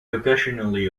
occasionally